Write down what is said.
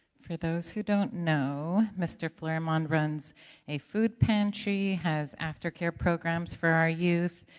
for those who don't know, mr. flaremont runs a food pantry, has aftercare programs for our youth,